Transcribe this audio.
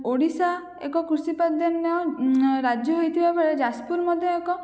ଓଡ଼ିଶା ଏକ କୃଷି ପ୍ରାଧାନ୍ୟ ରାଜ୍ୟ ହୋଇଥିବାବେଳେ ଯାଜପୁର ମଧ୍ୟ ଏକ